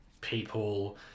people